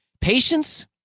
Patience